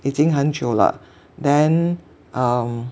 已经很久了 then um